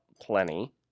plenty